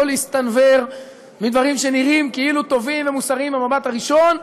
לא להסתנוור מדברים שנראים כאילו טובים ומוסריים במבט הראשון,